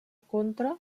contra